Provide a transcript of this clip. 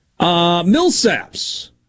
Millsaps